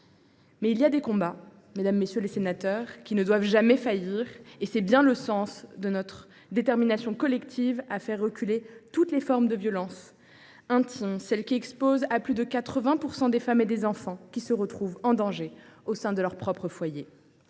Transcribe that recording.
Mais il est des combats, mesdames, messieurs les sénateurs, que nous devons conduire sans jamais faillir ; et tel est bien le sens de notre détermination collective à faire reculer toutes les formes de violences intimes, celles qui, exposant à plus de 80 % des femmes et des enfants, mettent en danger les personnes au sein de leur propre foyer.